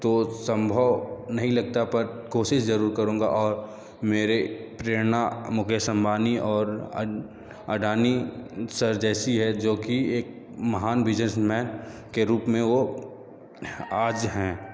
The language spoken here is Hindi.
तो संभव नहीं लगता पर कोशिश जरूर करूँगा और मेरे प्रेरणा मुकेश अंबानी और अडानी सर जैसी हैं जो कि एक महान बिजनेसमैन के रूप में वो आज हैं